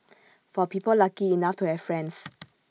for people lucky enough to have friends